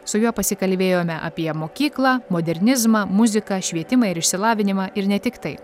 su juo pasikalbėjome apie mokyklą modernizmą muziką švietimą ir išsilavinimą ir ne tik tai